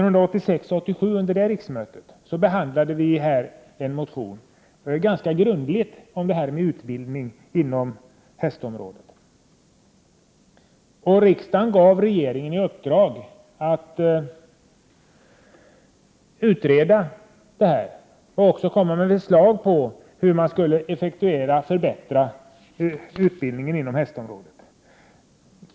Under riksmötet 1986/87 behandlade vi ganska grundligt en motion om utbildning inom hästområdet. Riksdagen gav regeringen i uppdrag att utreda och lägga fram förslag om hur man skulle förbättra utbildningen inom hästområdet.